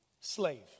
slave